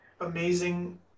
amazing